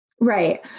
Right